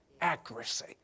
accuracy